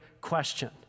question